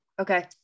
Okay